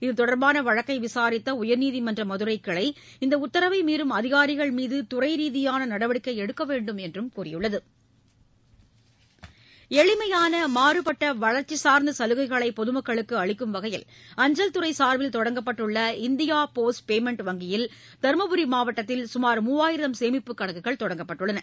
இத்தொடர்பான வழக்கை விசாித்த உயர்நீதிமன்ற மதுரை கிளை இந்த உத்தரவை மீறும் அதிகாரிகள் மீது துறை ரீதியான நடவடிக்கை எடுக்க வேண்டும் என்றும் உத்தரவிட்டுள்ளது எளிமையான மாறப்பட்ட வளர்ச்சி சார்ந்த சலுகைகளை பொதுமக்களுக்கு அளிக்கும் வகையில் அஞ்சல் துறை சா்பில் தொடங்கப்பட்டுள்ள இந்தியா போஸ்ட் பேமெண்ட் வங்கியில் தருமபுரி மாவட்டத்தில் சுமார் மூவாயிரம் சேமிப்பு கணக்குகள் தொடங்கப்பட்டுள்ளது